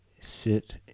sit